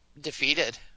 defeated